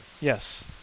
Yes